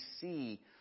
see